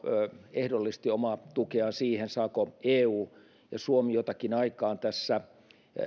ehdollisti omaa tukeaan siihen saako eu ja suomi jotakin aikaan tässä